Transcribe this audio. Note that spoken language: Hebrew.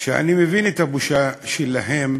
אני מבין את הבושה שלהם,